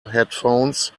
headphones